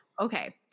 Okay